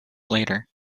later